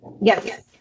Yes